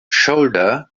shoulder